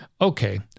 Okay